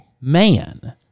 man